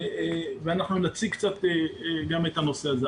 אנחנו נציג גם את הנושא הזה.